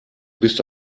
bist